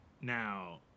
now